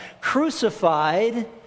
crucified